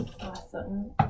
Awesome